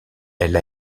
elle